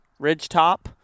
ridgetop